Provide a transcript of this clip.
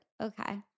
okay